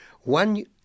One